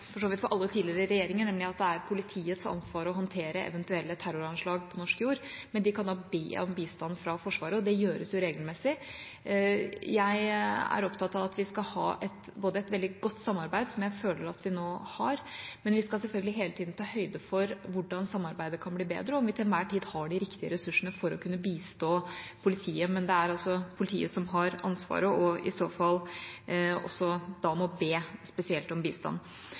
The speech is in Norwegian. vidt for alle tidligere regjeringer, nemlig at det er politiets ansvar å håndtere eventuelle terroranslag på norsk jord, men de kan be om bistand fra Forsvaret, og det gjøres regelmessig. Jeg er opptatt av at vi skal ha både et veldig godt samarbeid, som jeg føler at vi nå har, og at vi selvfølgelig hele tida skal ta høyde for hvordan samarbeidet kan bli bedre, og om vi til enhver tid har de riktige ressursene for å kunne bistå politiet. Men det er altså politiet som har ansvaret, og som i så fall da må be spesielt om bistand.